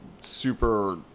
super